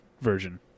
version